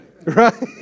Right